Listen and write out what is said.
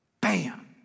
Bam